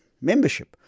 membership